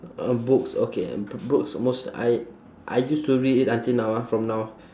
uh books okay b~ books most I I used to read it until now ah from now